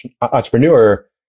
entrepreneur